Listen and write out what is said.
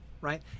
right